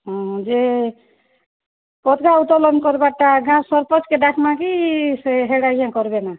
ହଁ ହଁ ଯେ ପତ୍କା ଉତ୍ତୋଲନ୍ କର୍ବାଟା ଗାଁ ସର୍ପଞ୍ଚକେ ଡ଼ାକ୍ମା କି ସେ ହେଡ଼୍ ଆଜ୍ଞା କର୍ବେ ନା